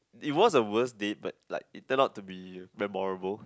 it was the worst date but like it turn out to be memorable